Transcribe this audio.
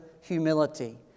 humility